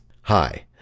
Hi